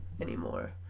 anymore